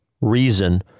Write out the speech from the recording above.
reason